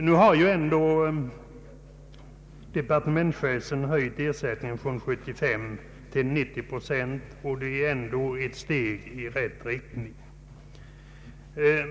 Departementschefen har föreslagit höjning av ersättning från 75 till 90 procent, och det är ändå ett steg i rätt riktning.